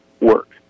work